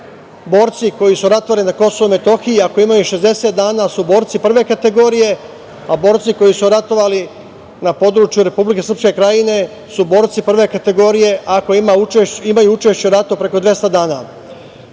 borci koji su ratovali na Kosovu i Metohiji ako imaju 60 dana su borci prve kategorije, a borci koji su ratovali na području Republike Srpske Krajne su borci prve kategorije ako imaju učešće u ratu preko 200